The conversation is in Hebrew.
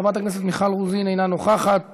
חברת הכנסת מיכל רוזין, אינה נוכחת.